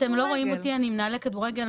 אתם לא רואים אותי, אני עם נעליי כדורגל.